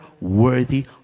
worthy